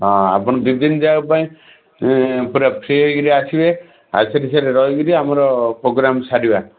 ହଁ ଆପଣ ଦୁଇ ଦିନ ଯାକ ପାଇଁ ପୁରା ଫ୍ରି ହେଇକିରି ଆସିବେ ଆସିକି ସେଇଠି ରହିକିରି ଆମର ପୋଗ୍ରାମ୍ ସାରିବା